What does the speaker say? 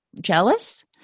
jealous